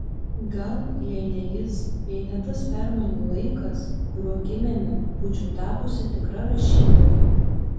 gal jei ne jis jei ne tas permainų laikas kuriuo gimėme būčiau tapusi tikra rašytoja